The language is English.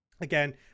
Again